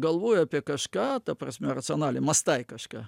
galvoji apie kažką ta prasme racionaliai mąstai kažką